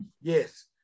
Yes